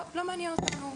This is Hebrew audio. לא מעניין אותנו.